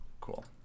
cool